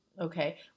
Okay